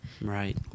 Right